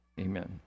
Amen